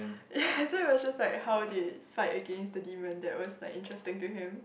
that's why it was just like how they fight against the demon that was like interesting to him